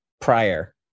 prior